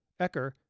Ecker